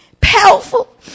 powerful